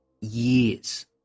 years